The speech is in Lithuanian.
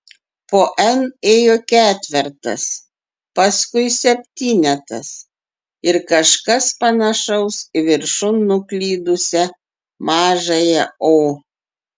po n ėjo ketvertas paskui septynetas ir kažkas panašaus į viršun nuklydusią mažąją o